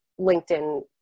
LinkedIn